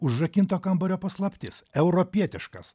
užrakinto kambario paslaptis europietiškas